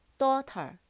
daughter